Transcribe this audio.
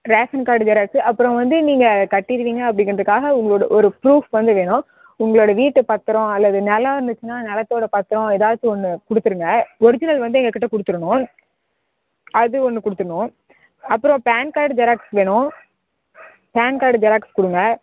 ration card xerox அப்புறோம் வந்து நீங்கள் கட்டிருவீங்க அப்படிங்ககிறதுக்காக உங்களோடய ஒரு ஃப்ரூப் வந்து வேணும் உங்களோடய வீட்டு பத்திரோம் அல்லது நிலோம் இருந்துச்சுனால் நிலத்தோடய பத்திரோம் ஏதாச்சு ஒன்று கொடுத்துருங்க ஒரிஜினல் வந்து எங்கள் கிட்ட கொடுத்துருணும் அது ஒன்று கொடுத்துர்ணும் அப்புறோம் பேன் கார்டு ஜெராக்ஸ் வேணும் பேன் கார்டு ஜெராக்ஸ் கொடுங்க